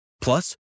Plus